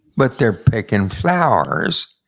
but they're picking flowers.